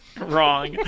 wrong